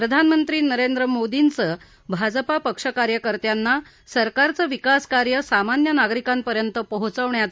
प्रधानमंत्री नरेंद्र मोदींचं भाजपा पक्ष कार्यकर्त्याना सरकारचे विकास कार्य सामान्य नागरिकांपर्यंत पोहचविण्याचे